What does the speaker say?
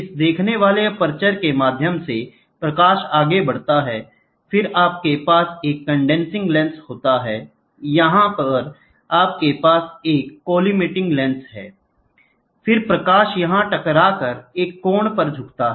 इस देखने वाला एपर्चर के माध्यम से प्रकाश आगे बढ़ता है फिर आपके पास एक कंडेनसिंग लेंस होता है यहाँ यह आपके पास एक कोलिमिटिंग लेंस है फिर प्रकाश यहाँ टकराकर एक कोण पर झुकता है